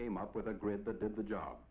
came up with a grin that did the job